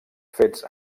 fets